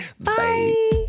Bye